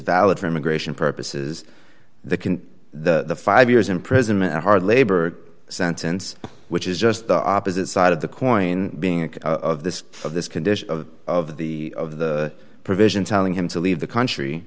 valid for immigration purposes the can the five years imprisonment of hard labor sentence which is just the opposite side of the coin being of this of this condition of of the of the provision telling him to leave the country